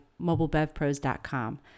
mobilebevpros.com